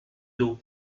dos